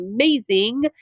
amazing